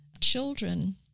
Children